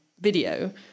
video